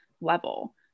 level